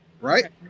Right